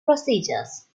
procedures